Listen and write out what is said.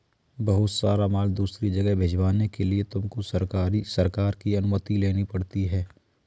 बहुत सारा माल दूसरी जगह पर भिजवाने के लिए तुमको सरकार की अनुमति लेनी पड़ सकती है